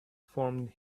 formed